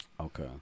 Okay